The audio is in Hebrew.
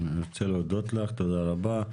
תודה רבה.